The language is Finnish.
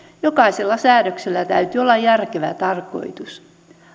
jokaisella säädöksellä täytyy olla järkevä tarkoitus